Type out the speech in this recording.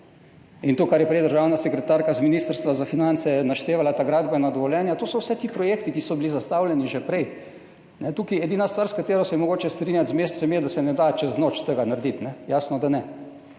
In to, kar je prej državna sekretarka z Ministrstva za finance naštevala, ta gradbena dovoljenja, to so vse ti projekti, ki so bili zastavljeni že prej. Tukaj je edina stvar, s katero se je mogoče strinjati z Mescem, da se tega ne da narediti čez noč. Jasno, da ne.